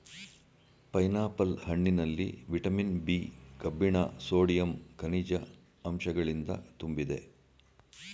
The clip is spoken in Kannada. ಪೈನಾಪಲ್ ಹಣ್ಣಿನಲ್ಲಿ ವಿಟಮಿನ್ ಬಿ, ಕಬ್ಬಿಣ ಸೋಡಿಯಂ, ಕನಿಜ ಅಂಶಗಳಿಂದ ತುಂಬಿದೆ